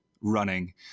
Running